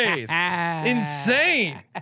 insane